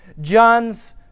John's